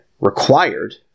required